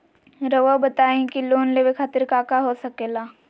रउआ बताई की लोन लेवे खातिर काका हो सके ला?